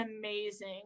amazing